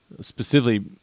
specifically